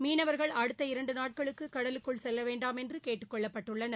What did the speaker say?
மீனவர்கள் அடுத்த இரண்டு நாட்களுக்கு கடலுக்குள் செல்லவேண்டாம் என்று கேட்டுக்கொள்ளப் பட்டுள்ளனர்